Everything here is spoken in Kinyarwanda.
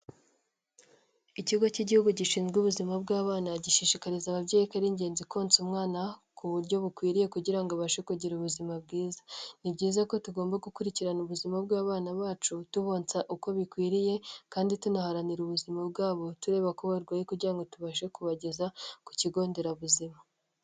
Ikigo cy'igihugu gishinzwe ubuzima bw'abana gishishikariza ababyeyi ko ari ingenzi konsa umwana ku buryo bukwiriye kugira abashe kugira ubuzima bwiza, ni byiza ko tugomba gukurikirana ubuzima bw'abana bacu tubonsa uko bikwiriye kandi tunaharanira ubuzima bwabo tureba ko barwaye kugira ngo tubashe kubageza ku kigonderabuzima.